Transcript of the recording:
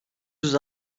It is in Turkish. yüz